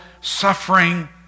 suffering